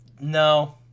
No